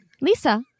Lisa